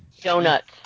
Donuts